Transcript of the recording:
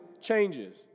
changes